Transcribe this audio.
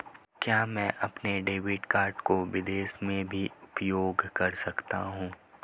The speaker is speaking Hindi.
क्या मैं अपने डेबिट कार्ड को विदेश में भी उपयोग कर सकता हूं?